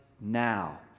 Now